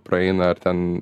praeina ar ten